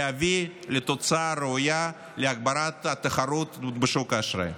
להביא לתוצאה ראויה להגברת התחרות בשוק האשראי.